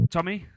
Tommy